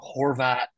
Horvat